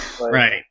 right